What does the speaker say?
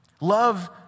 Love